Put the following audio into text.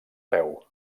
peu